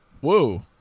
whoa